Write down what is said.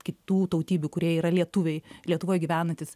kitų tautybių kurie yra lietuviai lietuvoj gyvenantys